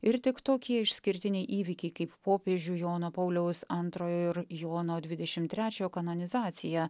ir tik tokie išskirtiniai įvykiai kaip popiežių jono pauliaus antrojo ir jono dvidešimt trečiojo kanonizacija